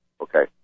Okay